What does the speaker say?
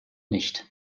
nicht